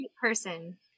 person